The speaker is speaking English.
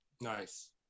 Nice